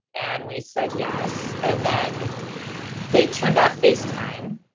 and we said, yes and then they turned off face time.